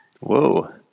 Whoa